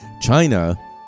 China